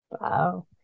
Wow